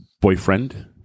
boyfriend